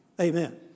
Amen